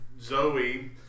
Zoe